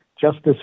Justice